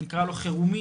נקרא לו חירומי,